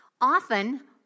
Often